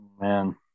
man